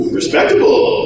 respectable